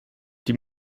die